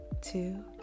two